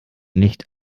nicht